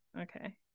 okay